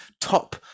top